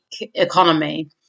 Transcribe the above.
economy